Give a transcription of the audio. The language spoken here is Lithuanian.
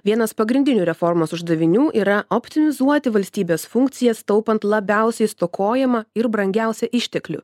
vienas pagrindinių reformos uždavinių yra optimizuoti valstybės funkcijas taupant labiausiai stokojamą ir brangiausią išteklį